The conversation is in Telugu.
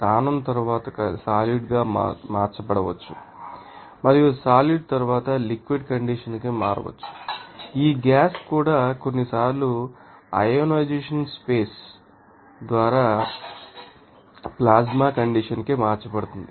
స్థానం తరువాత సాలిడ్ ంగా మార్చబడవచ్చు మరియు సాలిడ్ తరువాత లిక్విడ్ కండిషన్ కి మార్చవచ్చు ఈ గ్యాస్ కూడా కొన్నిసార్లు అయోనైజేషన్ప్రోసెస్ ద్వారా ప్లాస్మా కండిషన్ కి మార్చబడుతుంది